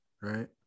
right